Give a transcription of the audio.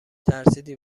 ترسیدی